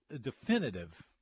definitive